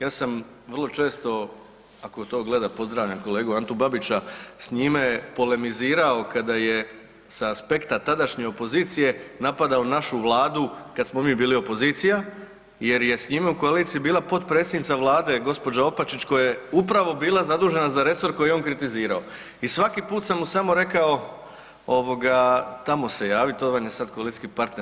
Ja sam vrlo često, ako to gleda pozdravljam kolegu Antu Babića, s njime polemizirao kada je sa aspekta tadašnje opozicije napadao našu vladu kad smo mi bili opozicija jer je s njime u koaliciji bila potpredsjednica vlade gđa. Opačić koja je upravo bila zadužena za resor koji je on kritizirao i svaki put sam mu samo rekao ovoga, tamo se javi, to vam je sad koalicijski partner.